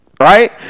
right